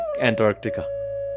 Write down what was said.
Antarctica